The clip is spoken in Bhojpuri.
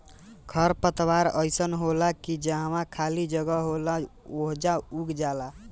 खर पतवार अइसन होला की जहवा खाली जगह होला ओइजा उग जाला